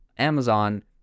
Amazon